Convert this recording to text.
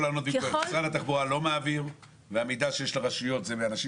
משרד התחבורה לא מעביר והמידע שיש לרשויות הוא מאנשים